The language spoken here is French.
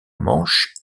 manche